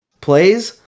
plays